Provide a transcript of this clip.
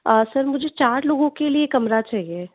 sir मुझे चार लोगों के लिए कमरा चाहिए